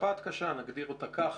שפעת קשה, נגדיר אותה ככה.